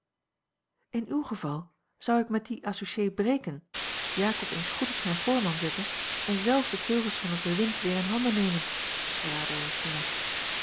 in uw geval zou ik met dien associé breken jacob eens goed op zijn voorman zetten en zelf de teugels van het bewind weer in handen nemen raadde regina